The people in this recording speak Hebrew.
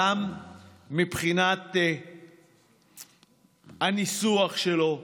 גם מבחינת הניסוח שלו,